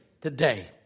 today